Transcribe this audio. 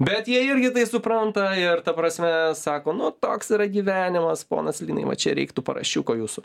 bet jie irgi tai supranta ir ta prasme sako nu toks yra gyvenimas ponas linai va čia reiktų paršiuko jūsų